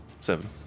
seven